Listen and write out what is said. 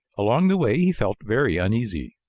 along the way he felt very uneasy.